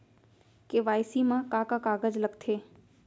KYC मा का का कागज लगथे?